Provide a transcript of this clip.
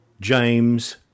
James